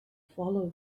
follow